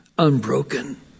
unbroken